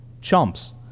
chumps